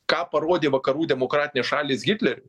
ką parodė vakarų demokratinės šalys hitleriui